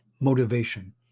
Motivation